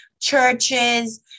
churches